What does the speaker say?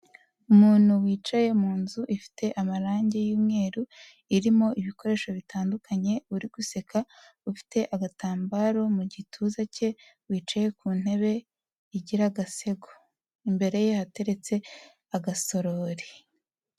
Umuntu wicaye mu nzu ifite amarangi y'umweru, irimo ibikoresho bitandukanye uri guseka, ufite agatambaro mu gituza ke, wicaye ku ntebe igira agasego, imbere ye hateretse agasorori.